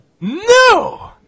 No